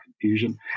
confusion